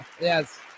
Yes